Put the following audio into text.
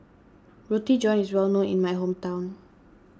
Roti John is well known in my hometown